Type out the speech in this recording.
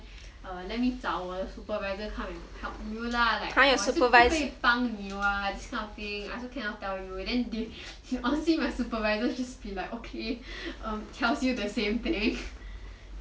well let me 找我的 supervisor come and help you lah like 我也是不可以帮你 [what] this kind of thing I also cannot tell you then she honestly my supervisors just be like okay um tells you the same thing